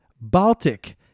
baltic